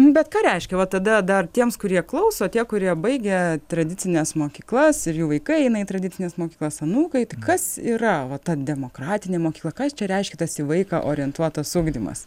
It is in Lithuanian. bet ką reiškia va tada dar tiems kurie klauso tie kurie baigė tradicines mokyklas ir jų vaikai eina į tradicines mokyklas anūkai kas yra va ta demokratinė mokykla kas jis čia reiškia tas į vaiką orientuotas ugdymas